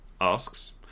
asks